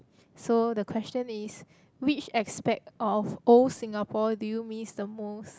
so the question is which aspect of old Singapore do you miss the most